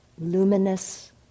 luminous